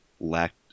lacked